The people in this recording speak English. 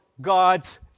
God's